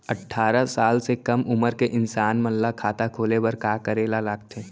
अट्ठारह साल से कम उमर के इंसान मन ला खाता खोले बर का करे ला लगथे?